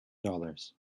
dollars